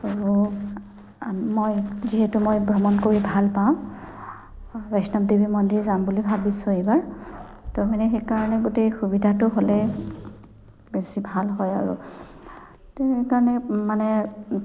আৰু মই যিহেতু মই ভ্ৰমণ কৰি ভাল পাওঁ বৈষ্ণৱ দেৱী মন্দিৰ যাম বুলি ভাবিছোঁ এইবাৰ তো মানে সেইকাৰণে গোটেই সুবিধাটো হ'লে বেছি ভাল হয় আৰু সেইকাৰণে মানে